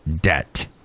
debt